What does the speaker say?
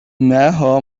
نها